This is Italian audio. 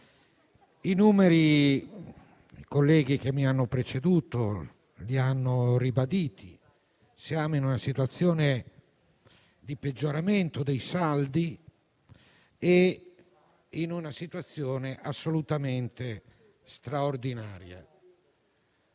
I colleghi che mi hanno preceduto hanno ribadito i numeri. Siamo in una fase di peggioramento dei saldi e in una situazione assolutamente straordinaria,